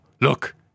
look